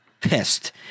pissed